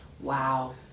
Wow